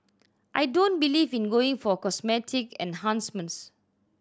I don't believe in going for cosmetic enhancements